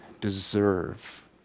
deserve